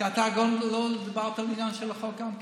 כי אתה לא דיברת על העניין של החוק גם כן.